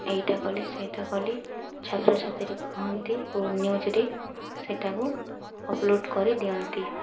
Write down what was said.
ଏଇଟା କଲି ସେଇଟା କଲି ଛାତ୍ରଛାତ୍ରୀ କୁହନ୍ତି ଓ ନ୍ୟୁଜରେ ସେଇଟାକୁ ଅପଲୋଡ଼ କରି ଦିଅନ୍ତି